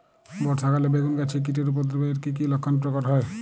বর্ষা কালে বেগুন গাছে কীটের উপদ্রবে এর কী কী লক্ষণ প্রকট হয়?